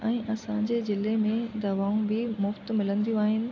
ऐं असांजे ज़िले में दवाऊं बि मुफ़्ति मिलंदियूं आहिनि